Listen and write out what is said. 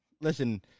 listen